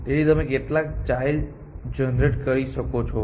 તેથી તમે કેટલાક ચાઈલ્ડ જનરેટ કરી શકો છો